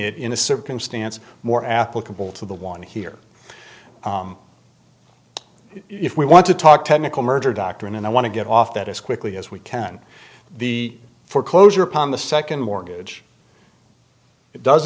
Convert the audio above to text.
it in a circumstance more applicable to the one here if we want to talk technical merger doctrine and i want to get off that as quickly as we can the foreclosure upon the second mortgage it does